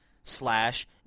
Slash